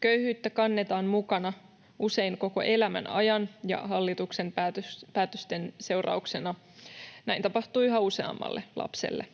Köyhyyttä kannetaan mukana usein koko elämän ajan. Hallituksen päätösten seurauksena näin tapahtuu yhä useammalle lapselle.